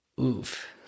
Oof